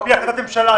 על פי החלטת ממשלה,